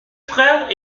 frères